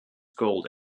gold